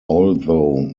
although